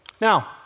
Now